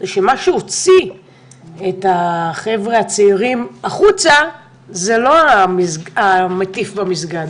שמה שהוציא את החבר'ה הצעירים החוצה זה לא המטיף במסגד,